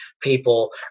people